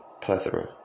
Plethora